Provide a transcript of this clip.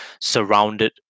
surrounded